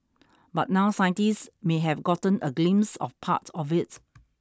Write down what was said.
but now scientists may have gotten a glimpse of part of it